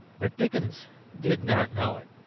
but dickens did not know it.